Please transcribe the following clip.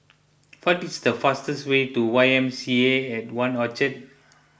what is the fastest way to Y M C A at one Orchard